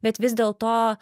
bet vis dėlto